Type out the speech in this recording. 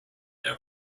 their